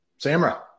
Samra